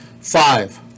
Five